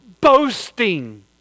boasting